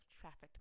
trafficked